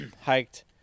hiked